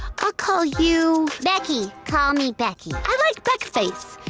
i'll call you becky, call me becky. i like beck-face.